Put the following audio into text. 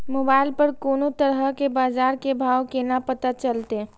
Mobile पर कोनो तरह के बाजार के भाव केना पता चलते?